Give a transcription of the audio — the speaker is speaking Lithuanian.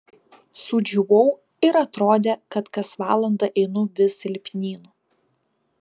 sudžiūvau ir atrodė kad kas valandą einu vis silpnyn